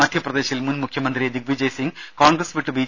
മധ്യപ്രദേശിൽ മുൻമുഖ്യമന്ത്രി ദ്വിഗ് വിജയ്സിംഗ് കോൺഗ്രസ് വിട്ട് ബി